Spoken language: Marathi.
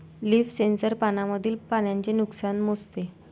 लीफ सेन्सर पानांमधील पाण्याचे नुकसान मोजते